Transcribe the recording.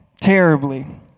terribly